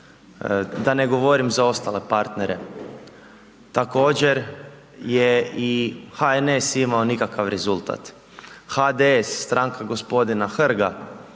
Da ne govorim za ostale partnere. Također je i HNS imao nikakav rezultat. HDS, stranka g. Hrga.